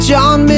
John